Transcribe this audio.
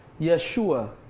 Yeshua